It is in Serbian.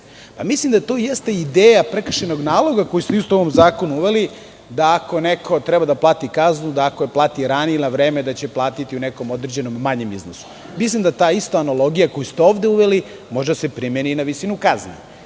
Mislim da to jeste ideja prekršajnog naloga koji smo isto u ovom zakonu uveli, da ako neko treba da plati kaznu, da ako je plati ranije ili na vreme, da će platiti u nekom određenom manjem iznosu. Mislim da ta ista analogija koju ste ovde uveli može da se primeni i na visinu kazne.